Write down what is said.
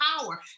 power